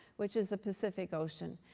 which is the pacific ocean.